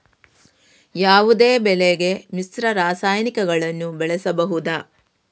ಯಾವುದೇ ಬೆಳೆಗೆ ಮಿಶ್ರ ರಾಸಾಯನಿಕಗಳನ್ನು ಬಳಸಬಹುದಾ?